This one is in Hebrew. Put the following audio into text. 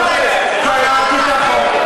קראתי את החוק.